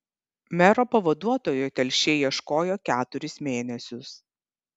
mero pavaduotojo telšiai ieškojo keturis mėnesius